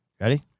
Ready